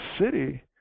city